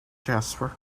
jasper